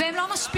והם לא משפילים,